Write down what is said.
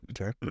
okay